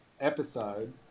episode